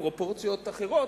בפרופורציות אחרות,